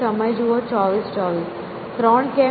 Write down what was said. ત્રણ કેમ